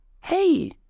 hey